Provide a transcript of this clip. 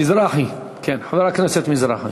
חבר הכנסת מזרחי.